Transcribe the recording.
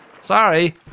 Sorry